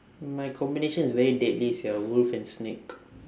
my combination is very deadly sia wolf and snake